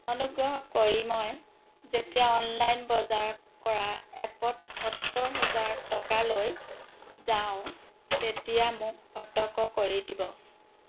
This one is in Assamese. অনুগ্ৰহ কৰি মই যেতিয়া অনলাইন বজাৰ কৰা এপত সত্তৰ হেজাৰ টকালৈ যাওঁ তেতিয়া মোক সতৰ্ক কৰি দিব